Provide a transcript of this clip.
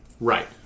Right